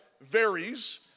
varies